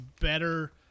better